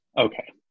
okay